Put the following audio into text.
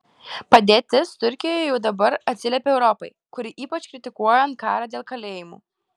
padėtis turkijoje jau dabar atsiliepia europai kuri ypač kritikuoja ankarą dėl kalėjimų